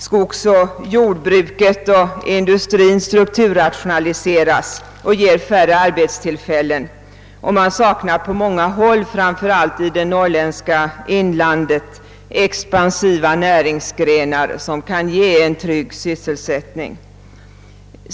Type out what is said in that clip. Skogsoch jordbruket och industrin strukturrationaliseras och ger färre arbetstillfällen. Det saknas på många håll, framför allt i det norrländska inlandet, expansiva näringsgrenar som kan ge en trygg sysselsättning.